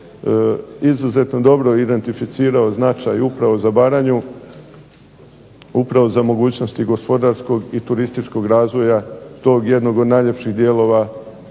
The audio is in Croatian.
izuzetno dobro identificirao značaj upravo za Baranju, upravo za mogućnosti gospodarskog i turističkog razvoja tog jednog od najljepših dijelova